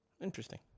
Interesting